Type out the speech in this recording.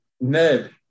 Ned